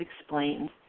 explained